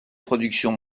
productions